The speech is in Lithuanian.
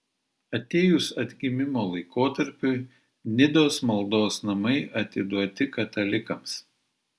atėjus atgimimo laikotarpiui nidos maldos namai atiduoti katalikams